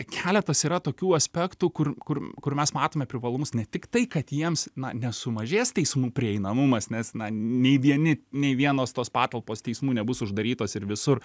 keletas yra tokių aspektų kur kur kur mes matome privalumus ne tik tai kad jiems na nesumažės teismų prieinamumas nes na nei vieni nei vienos tos patalpos teismų nebus uždarytos ir visur